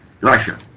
Russia